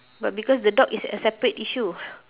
but because the dog is a separate issue